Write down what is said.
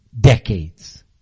decades